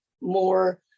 more